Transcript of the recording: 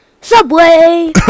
Subway